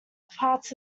parts